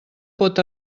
pot